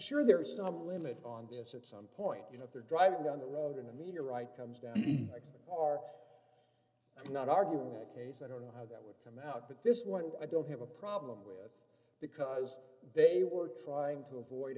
sure there are some limits on this at some point you know they're driving down the road and i mean you're right comes down cannot argue a case i don't know how that would come out but this one i don't have a problem with because they were trying to avoid